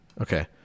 Okay